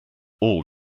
all